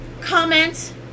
comment